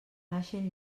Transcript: naixen